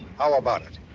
how about it?